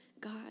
God